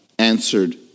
Answered